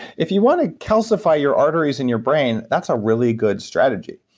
if you want to calcify your arteries in your brain, that's a really good strategy.